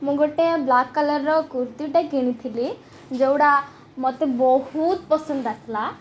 ମୁଁ ଗୋଟେ ବ୍ଲାକ୍ କଲର୍ର କୁର୍ତ୍ତୀଟା କିଣିଥିଲି ଯେଉଁଟା ମୋତେ ବହୁତ ପସନ୍ଦ ଆସିଲା